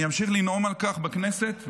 אני אמשיך לנאום על כך בכנסת,